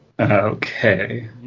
Okay